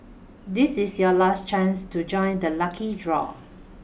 this is your last chance to join the lucky draw